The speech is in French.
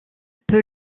peut